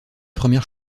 première